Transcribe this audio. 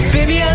Baby